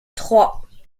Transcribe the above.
trois